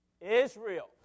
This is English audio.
Israel